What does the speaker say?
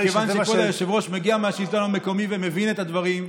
מכיוון שכבוד היושב-ראש מגיע מהשלטון המקומי ומבין את הדברים,